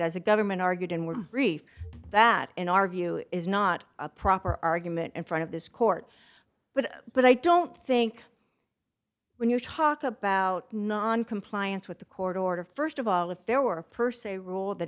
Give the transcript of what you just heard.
as a government argued and were brief that in our view is not a proper argument in front of this court but but i don't think when you talk about noncompliance with the court order st of all if there were per se rule that